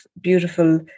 beautiful